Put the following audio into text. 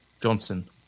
Johnson